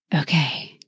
Okay